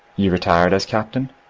you retired as captain?